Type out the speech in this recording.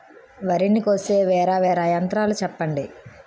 వరి ని కోసే వేరా వేరా యంత్రాలు చెప్పండి?